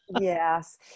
Yes